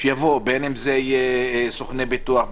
בין אם זה סוכני ביטוח,